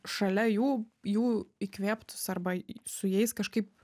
šalia jų jų įkvėptus arba su jais kažkaip